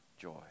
joy